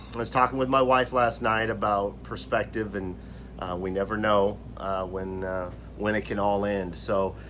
was talking with my wife last night about perspective, and we never know when when it can all end, so